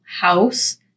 house